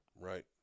Right